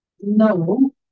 No